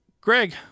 Greg